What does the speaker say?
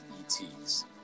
ETs